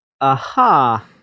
aha